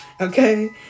okay